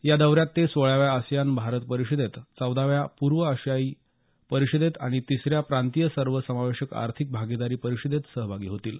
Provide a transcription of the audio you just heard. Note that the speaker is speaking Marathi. या दौऱ्यात ते सोळाव्या आसियान भारत परिषदेत चौदाव्या पूर्व आशिया परिषदेत आणि तिसऱ्या प्रांतीय सर्वसमावेश आर्थिक भागीदारी परिषदेत सहभागी होतील